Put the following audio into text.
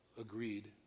agreed